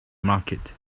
market